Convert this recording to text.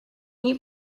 you